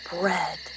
bread